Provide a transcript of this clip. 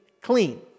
clean